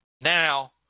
Now